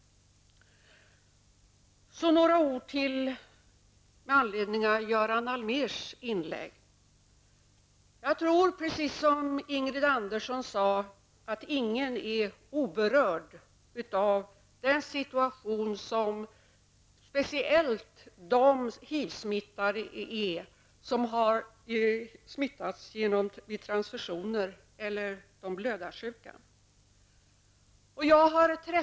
Så några ord med anledning av Göran Allmérs inlägg. Jag tror, precis som Ingrid Andersson sade, att ingen är oberörd av den situation som speciellt de HIV-smittade som har smittats vid transfusioner eller som är blödarsjuka befinner sig i.